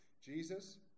Jesus